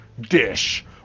Dish